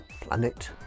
Planet